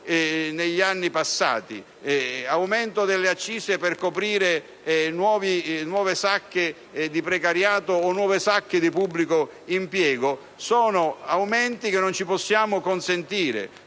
negli anni passati e aumenti delle accise per coprire nuove sacche di precariato o nuove richieste del pubblico impiego sono aumenti che non ci possiamo permettere,